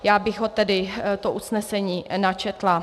Já bych tedy to usnesení načetla: